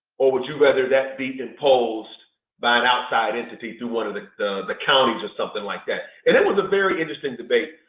or, would you rather that be imposed by an outside entity through one of the the counties or something like that ah and it was a very interesting debate.